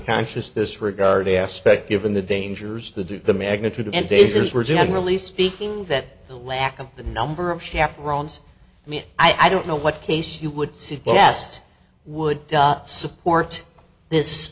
conscious disregard aspect given the dangers the do the magnitude and days is were generally speaking that the lack of the number of chaperones i mean i don't know what case you would suggest would support this